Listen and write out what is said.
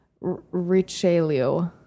Richelieu